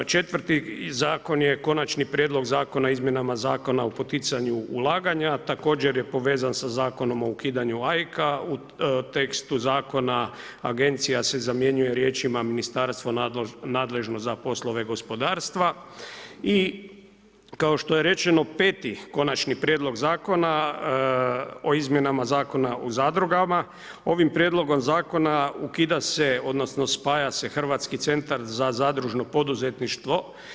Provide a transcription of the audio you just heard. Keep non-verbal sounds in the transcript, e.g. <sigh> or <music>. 4 zakon je Konačni prijedlog Zakona o izmjenama Zakona o poticanju ulaganja, također je povezan sa Zakonom o ukidanju, … <unintelligible> u tekstu zakona agencija se zamjenjuje riječima Ministarstvo nadležno za poslove gospodarstva i kao što je rečeno, 5 konačni prijedlog Zakona, o izmjenama Zakona o zadrugama, ovim prijedlogom zakona, ukida se odnosno, spaja se Hrvatski centar za zadružno poduzetništvo.